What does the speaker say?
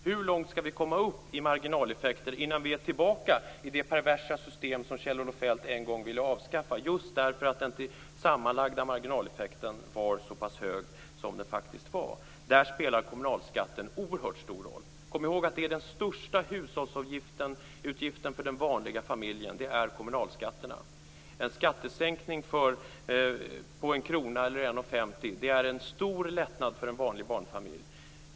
Hur långt skall vi komma upp i marginaleffekter innan vi är tillbaka i det perversa system som Kjell-Olof Feldt en gång ville avskaffa just därför att den sammanlagda marginaleffekten var så pass hög som den var? Där spelade kommunalskatten oerhört stor roll. Kom ihåg att kommunalskatten är den största hushållsavgiften för den vanliga familjen. En skattesänkning på 1 kr eller 1:50 kr är en stor lättnad för en vanlig barnfamilj.